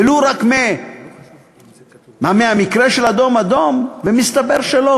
ולו רק מהמקרה של "אדום אדום", ומסתבר שלא.